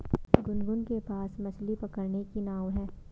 गुनगुन के पास मछ्ली पकड़ने की नाव है